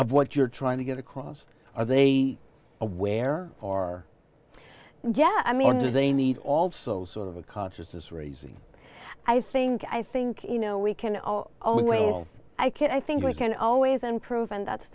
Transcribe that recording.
of what you're trying to get across are they aware or yeah i mean do they need also sort of a consciousness raising i think i think you know we can our own will i kid i think we can always improve and that's